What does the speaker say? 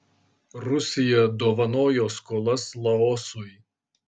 rusija dovanojo skolas laosui